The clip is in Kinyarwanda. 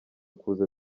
kuza